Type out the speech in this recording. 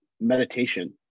meditation